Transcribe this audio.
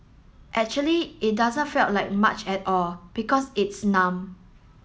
actually it doesn't felt like much at all because it's numb